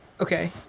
okay.